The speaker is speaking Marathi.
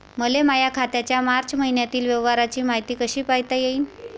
मले माया खात्याच्या मार्च मईन्यातील व्यवहाराची मायती कशी पायता येईन?